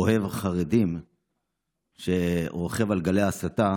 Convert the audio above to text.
אוהב חרדים שרוכב על גלי ההסתה,